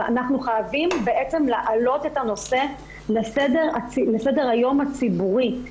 אבל אנחנו חייבים להעלות את הנושא לסדר היום הציבורי.